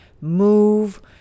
move